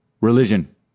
religion